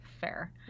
fair